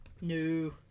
No